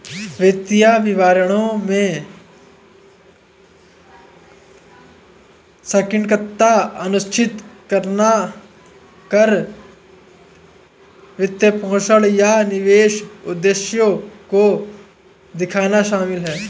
वित्तीय विवरणों में सटीकता सुनिश्चित करना कर, वित्तपोषण, या निवेश उद्देश्यों को देखना शामिल हैं